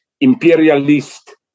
imperialist